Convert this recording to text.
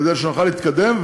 כדי שנוכל להתקדם,